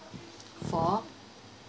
four